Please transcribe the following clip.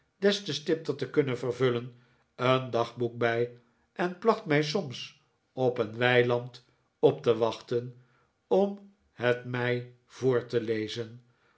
te stip ter te kunnen vervullen een dagboek bij en placht mij soms op een weiland op te wachten oni het mij voor te lezen